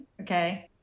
okay